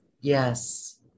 Yes